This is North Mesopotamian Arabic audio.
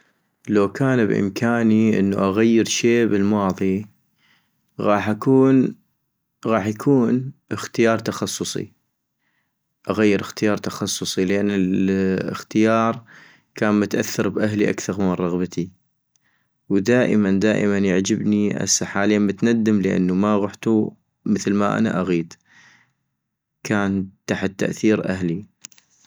لو كان بإمكاني انو اغير شي بالماضي ، غاح اكون- غاح يكون اختيار تخصصي ، اغير اختيار تخصصي لان الاختيار كان متأثر باهلي اكثغ من رغبتي ، ودائما دائما يعجبني- هسه حالياً متندم لانو ما غحتو مثل ما أنا اغيد، كان تحت تأثير اهلي